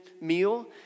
meal